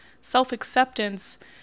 Self-acceptance